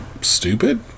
stupid